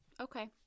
Okay